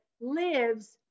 lives